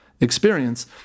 experience